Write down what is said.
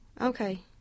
okay